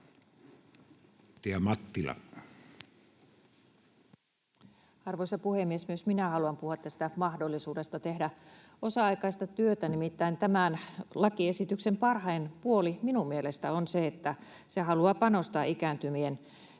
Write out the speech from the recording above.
Arvoisa puhemies! Myös minä haluan puhua tästä mahdollisuudesta tehdä osa-aikaista työtä, nimittäin tämän lakiesityksen parhain puoli minun mielestäni on halu panostaa ikääntyvien